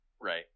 Right